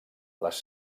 les